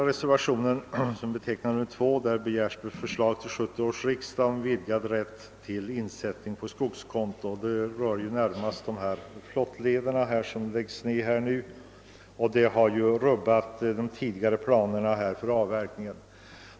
I reservationen 2 begärs förslag till 1970 års riksdag om vidgad rätt till insättning på skogskonto. Det rör närmast de flottleder som nu läggs ned, vilket har rubbat de tidigare planerna för avverkningen.